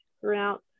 throughout